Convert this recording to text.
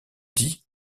dit